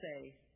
say